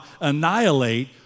annihilate